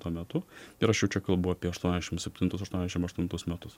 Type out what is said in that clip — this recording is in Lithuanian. tuo metu ir jau aš čia kalbu apie aštuoniasdešim septintus aštuoniasdešim aštuntus metus